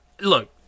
look